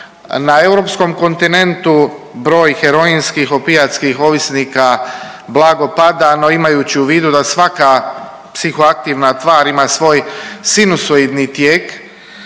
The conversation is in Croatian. Na europskom kontinentu broj heroinskih opijatskih ovisnika blago pada, no imajući u vidu da svaka psiho aktivna tvar ima svo9j sinusoidni tijek